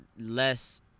less